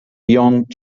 beyond